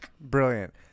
Brilliant